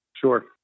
sure